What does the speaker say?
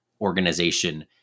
organization